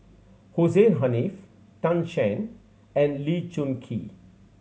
Hussein Haniff Tan Shen and Lee Choon Kee